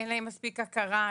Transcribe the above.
אין להם מספיק הכרה.